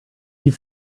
die